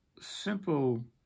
simple